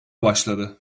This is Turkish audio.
başladı